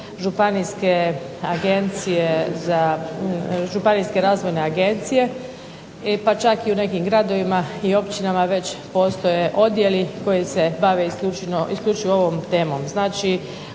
ekipirane županijske razvojne agencije, pa čak i u nekim gradovima i općinama već postoje odjeli koji se bave isključivo ovom temom. Znači,